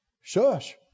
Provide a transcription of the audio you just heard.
Shush